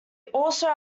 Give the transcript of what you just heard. also